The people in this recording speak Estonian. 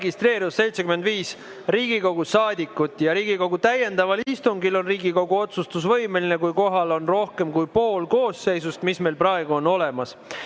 registreerus 75 Riigikogu saadikut. Riigikogu täiendaval istungil on Riigikogu otsustusvõimeline, kui kohal on rohkem kui pool koosseisust, mis meil praegu on olemas. Nüüd,